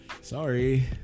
Sorry